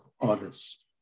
others